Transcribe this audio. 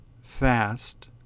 fast